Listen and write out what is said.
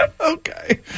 Okay